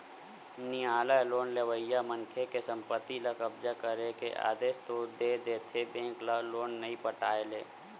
नियालय लोन लेवइया मनखे के संपत्ति ल कब्जा करे के आदेस तो दे देथे बेंक ल लोन नइ पटाय ले